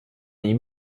ihm